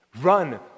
Run